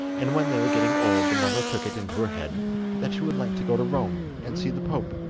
and when they were getting old the mother took it into her head that she would like to go to rome and see the pope.